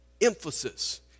emphasis